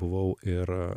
buvau ir